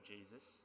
Jesus